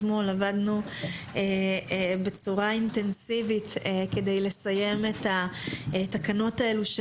אתמול עבדנו בצורה אינטנסיבית כדי לסיים את התקנות האלו.